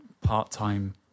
part-time